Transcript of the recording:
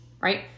Right